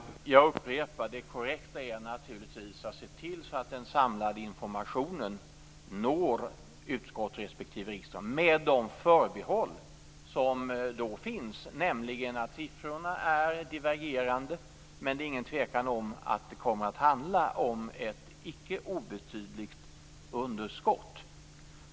Fru talman! Jag upprepar: Det korrekta är naturligtvis att se till att den samlade informationen når utskott respektive riksdag med de förbehåll som då finns, nämligen att siffrorna är divergerande men att det utan tvekan kommer att handla om ett icke obetydligt underskott.